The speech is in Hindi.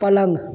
पलंग